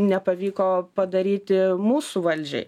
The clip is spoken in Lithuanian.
nepavyko padaryti mūsų valdžiai